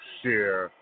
share